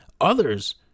Others